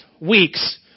weeks